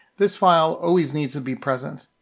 this file always needs to be present.